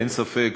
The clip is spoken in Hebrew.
ואין ספק,